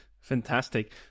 Fantastic